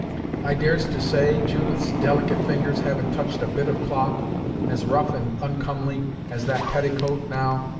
i dares to say, judith's delicate fingers haven't touched a bit of cloth as rough and oncomely as that petticoat, now,